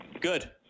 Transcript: good